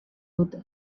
dute